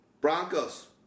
Broncos